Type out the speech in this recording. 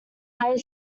higher